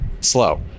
slow